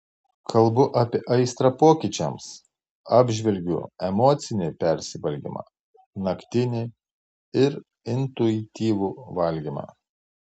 kalbu apie aistrą pokyčiams apžvelgiu emocinį persivalgymą naktinį ir intuityvų valgymą